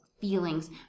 feelings